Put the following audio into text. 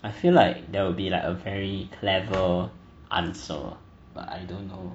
I feel like there will be like a very clever answer but I don't know